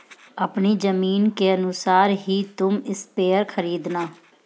अपनी जमीन के अनुसार ही तुम स्प्रेयर खरीदना